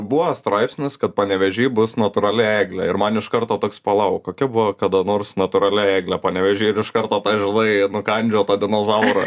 buvo straipsnis kad panevėžy bus natūrali eglė ir man iš karto toks palauk kokia buvo kada nors natūrali eglė panevėžy ir iš karto ta žinai nukandžiotą dinozaurą